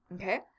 Okay